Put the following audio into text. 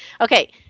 Okay